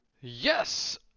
Yes